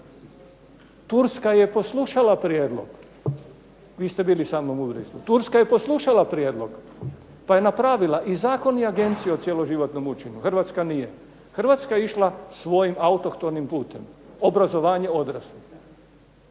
Turska je poslušala prijedlog, vi ste bili samo mudri, Turska je poslušala prijedlog pa je napravila i zakon i Agenciju o cijeloživotnom učenju, Hrvatska nije. Hrvatska je išla svojim autohtonim putem obrazovanje odraslih.